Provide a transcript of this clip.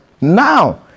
now